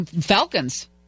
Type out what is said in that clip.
Falcons